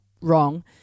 wrong